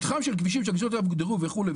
מתחם של כבישים שהגישות אליו הוגדרו וכולי,